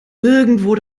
irgendwo